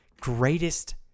greatest